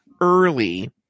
early